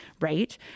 right